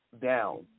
down